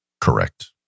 Correct